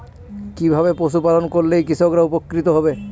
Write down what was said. কিভাবে পশু পালন করলেই কৃষকরা উপকৃত হবে?